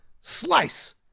slice